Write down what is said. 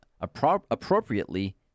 Appropriately